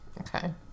Okay